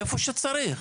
איפה שצריך.